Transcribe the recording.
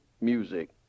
music